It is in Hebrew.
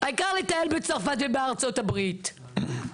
העיקר לטייל בצרפת ובארצות הברית.